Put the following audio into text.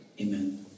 Amen